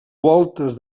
voltes